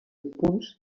punts